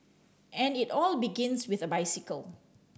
and it all begins with a bicycle